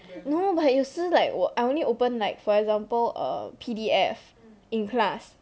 no but 有时 like 我 I only open like for example um P_D_F in class